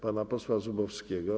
Pana posła Zubowskiego.